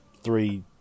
three